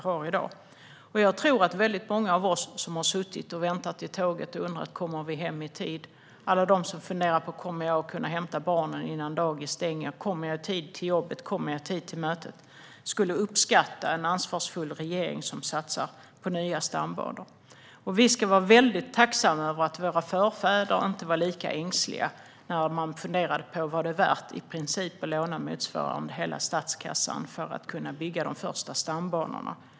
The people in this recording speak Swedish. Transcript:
Jag tror att många av oss som har suttit och väntat i tåg och undrat om vi kommer hem i tid, om vi kan hämta barnen innan dagis stänger och om vi kommer i tid till jobbet eller mötet uppskattar en ansvarsfull regering som satsar på nya stambanor. Vi ska vara väldigt tacksamma över att våra förfäder inte var lika ängsliga när de funderade på om det var värt att låna motsvarande hela statskassan för att kunna bygga de första stambanorna.